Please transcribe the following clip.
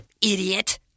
Idiot